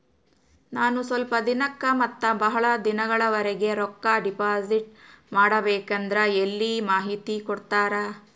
ನಾನು ಸ್ವಲ್ಪ ದಿನಕ್ಕ ಮತ್ತ ಬಹಳ ದಿನಗಳವರೆಗೆ ರೊಕ್ಕ ಡಿಪಾಸಿಟ್ ಮಾಡಬೇಕಂದ್ರ ಎಲ್ಲಿ ಮಾಹಿತಿ ಕೊಡ್ತೇರಾ?